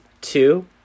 two